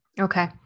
Okay